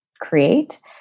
create